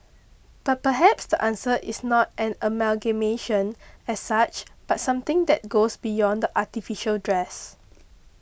but perhaps the answer is not an amalgamation as such but something that goes beyond the artificial dress